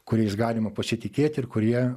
kuriais galima pasitikėti ir kurie